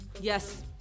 Yes